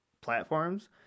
platforms